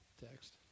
Text